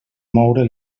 moure